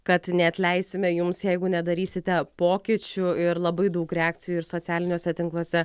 kad neatleisime jums jeigu nedarysite pokyčių ir labai daug reakcijų ir socialiniuose tinkluose